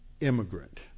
immigrant